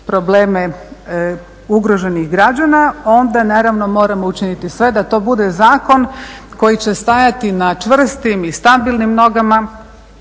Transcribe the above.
probleme ugroženih građana onda moramo učiniti sve da to bude zakon koji će stajati na čvrstim i stabilnim nogama